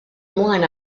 ymlaen